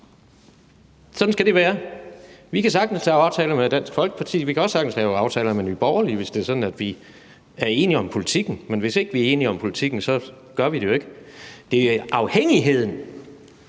Sådan skal det være. Vi kan sagtens lave aftaler med Dansk Folkeparti, og vi kan også sagtens lave aftaler med Nye Borgerlige, hvis det er sådan, at vi er enige om politikken. Men hvis ikke vi er enige om politikken, gør vi det jo ikke. Det er afhængigheden